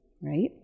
right